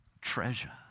Treasure